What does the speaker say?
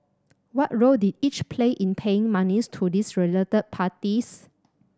what role did each play in paying monies to these related parties